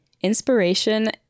Inspiration